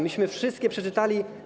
Myśmy wszystkie przeczytali.